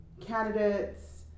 candidates